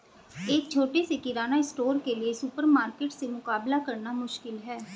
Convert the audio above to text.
एक छोटे से किराना स्टोर के लिए सुपरमार्केट से मुकाबला करना मुश्किल है